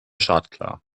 startklar